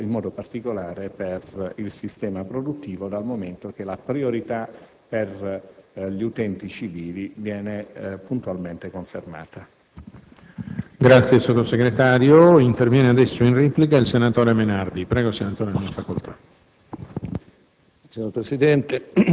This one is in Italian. gli utilizzatori, in questo caso, in modo particolare per il sistema produttivo, dal momento che la priorità per gli utenti civili viene puntualmente confermata.